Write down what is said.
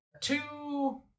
Two